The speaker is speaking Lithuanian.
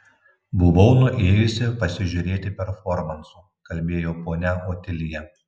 buvau nuėjusi pasižiūrėti performansų kalbėjo ponia otilija